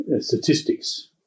statistics